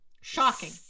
Shocking